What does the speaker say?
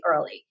early